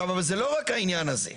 וזה לא רק העניין הזה,